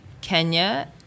Kenya